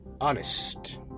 honest